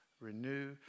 renew